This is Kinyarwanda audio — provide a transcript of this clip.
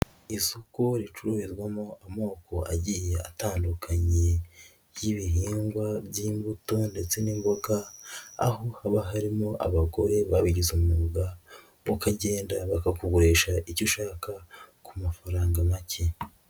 Isoko ricururwamo amoko agiye atandukanye y'ibihingwa by'imbuto ndetse n'imboga ,aho haba harimo abagore babigize umwuga, ukagenda bakakugurisha icyo ushaka ku mafaranga make.